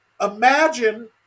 imagine